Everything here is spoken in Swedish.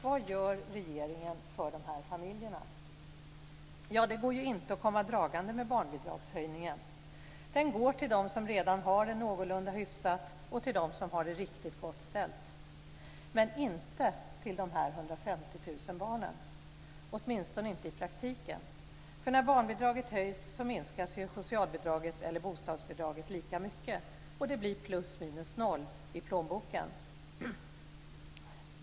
Vad gör regeringen för de här familjerna? Ja, det går ju inte att komma dragande med barnbidragshöjningen. Den går till dem som redan har det någorlunda hyfsat och till dem som har det riktigt gott ställt men inte till de här 150 000 barnen - åtminstone inte i praktiken. När barnbidraget höjs minskas ju socialbidraget eller bostadsbidraget lika mycket. Det blir plus minus noll i plånboken.